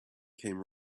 came